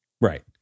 Right